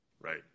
Right